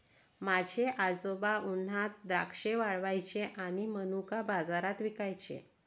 माझे आजोबा उन्हात द्राक्षे वाळवायचे आणि मनुका बाजारात विकायचे